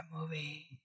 movie